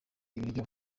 ibiryo